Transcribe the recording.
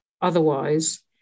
otherwise